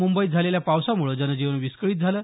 मुंबईत झालेल्या पावसामुळे जनजीवन विस्कळित झालं